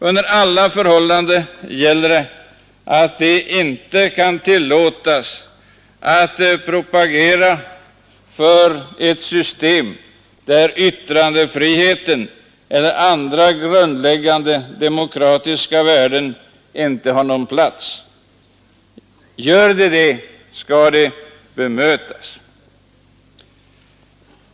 Under alla förhållanden gäller att de inte kan tillåtas att propagera för ett system, där yttrandefriheten eller andra grundläggande demokratiska värden inte har någon plats. Gör de det, skall de bemötas.